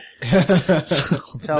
Tell